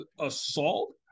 assault